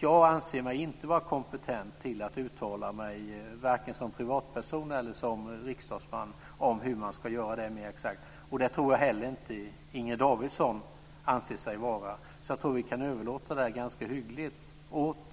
Jag anser mig inte vara kompetent att uttala mig vare sig som privatperson eller riksdagsman om hur man ska göra det mer exakt. Det tror jag heller inte Inger Davidson anser sig vara. Jag tror att vi ganska hyggligt kan överlåta det åt